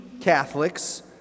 Catholics